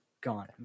gone